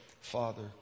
Father